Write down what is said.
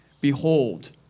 Behold